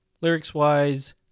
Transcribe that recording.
Lyrics-wise